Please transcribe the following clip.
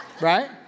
Right